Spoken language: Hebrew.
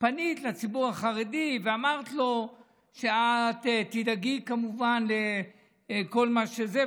פנית לציבור החרדי ואמרת לו שאת תדאגי כמובן לכל מה שזה,